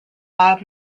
bob